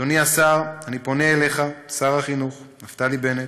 אדוני השר, אני פונה אליך, שר החינוך נפתלי בנט,